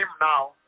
now